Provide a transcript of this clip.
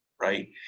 Right